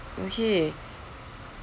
okay